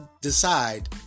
decide